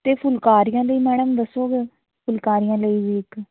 ਅਤੇ ਫੁਲਕਾਰੀਆਂ ਲਈ ਮੈਡਮ ਦੱਸੋਗੇ ਫੁਲਕਾਰੀਆਂ ਲਈ ਵੀ ਇੱਕ